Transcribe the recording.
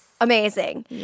Amazing